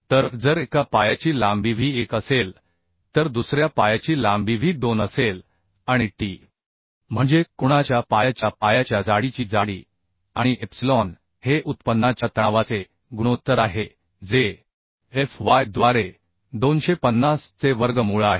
तर जर एका पायाची लांबी व्ही 1 असेल तर दुसऱ्या पायाची लांबी व्ही 2 असेल आणि टी म्हणजे कोनाच्या पायाच्या जाडीची जाडी आणि एप्सिलॉन हे उत्पन्नाच्या तणावाचे गुणोत्तर आहे जे एफ वाय द्वारे 250 चे वर्गमूळ आहे